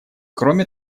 кроме